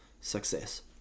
success